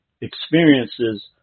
experiences